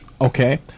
okay